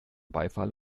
beifall